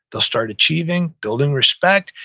they'll start achieving, building respect,